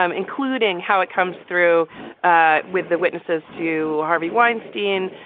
um including how it comes through ah with the witnesses to harvey weinstein,